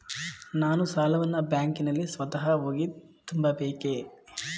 ನಾನು ಸಾಲವನ್ನು ಬ್ಯಾಂಕಿನಲ್ಲಿ ಸ್ವತಃ ಹೋಗಿ ತುಂಬಬೇಕೇ?